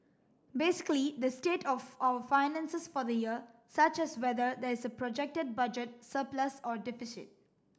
basically the state of our finances for the year such as whether there is a projected budget surplus or deficit